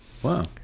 Wow